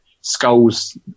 skulls